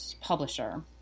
publisher